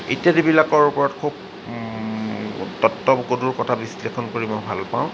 ইত্যাদিবিলাকৰ ওপৰত খুব তত্বগধুৰ কথা বিশ্লেষণ কৰি মই ভাল পাওঁ